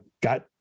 got